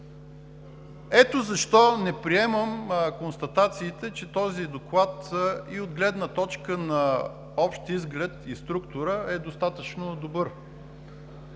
Ето защо не приемам констатациите, че този доклад и от гледна точка на общ изглед, и структура е достатъчно добър.